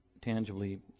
tangibly